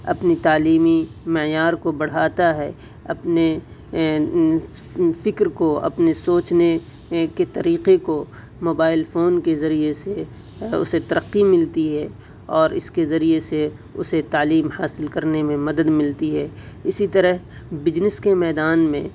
اپنی تعلیمی معیار کو بڑھاتا ہے اپنے فکر کو اپنے سوچنے کے طریقے کو موبائل فون کے ذریعے سے اسے ترقی ملتی ہے اور اس کے ذریعے سے اسے تعلیم حاصل کرنے میں مدد ملتی ہے اسی طرح بزنس کے میدان میں